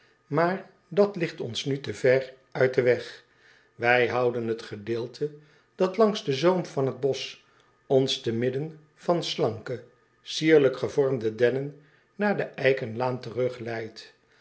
maar dat ligt ons nu te ver uit den weg ij houden het gedeelte dat langs den zoom van het bosch ons te midden van slanke sierlijk gevormde dennen naar de